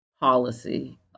policy